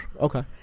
Okay